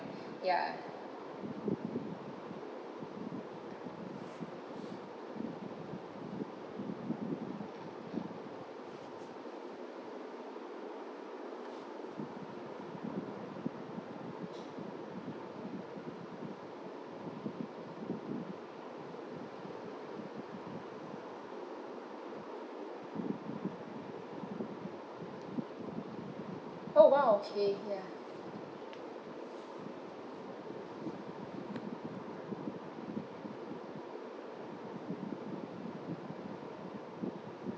ya oh wow okay ya